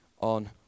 on